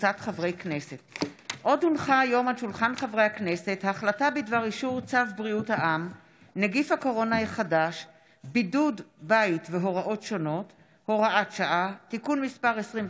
הצעת חוק בית המשפט לענייני משפחה (תיקון,